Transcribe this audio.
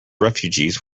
refugees